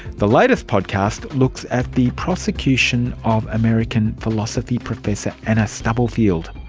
the latest podcast looks at the prosecution of american philosophy professor anna stubblefield.